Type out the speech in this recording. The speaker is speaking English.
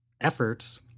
efforts